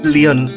Leon